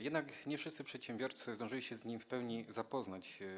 Jednak nie wszyscy przedsiębiorcy zdążyli się z nim w pełni zapoznać.